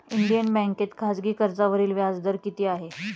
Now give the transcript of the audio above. Indian बँकेत खाजगी कर्जावरील व्याजदर किती आहे?